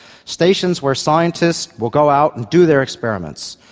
stations where scientist will go out and do their experiments.